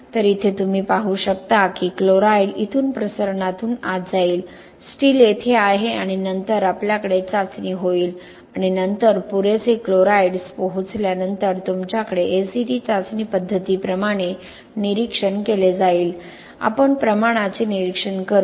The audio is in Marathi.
तर इथे तुम्ही पाहू शकता की क्लोराईड इथून प्रसरणातून आत जाईल स्टील येथे आहे आणि नंतर आपल्याकडे चाचणी होईल आणि नंतर पुरेसे क्लोराईड्स पोहोचल्यानंतर तुमच्याकडे ACT चाचणी पद्धतीप्रमाणे निरीक्षण केले जाईल आपण प्रमाणाचे निरीक्षण करू